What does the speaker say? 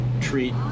treat